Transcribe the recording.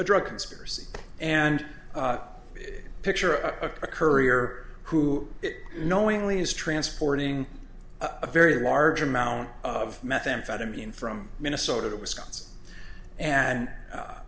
drug conspiracy and big picture of a courier who knowingly is transporting a very large amount of methamphetamine from minnesota wisconsin and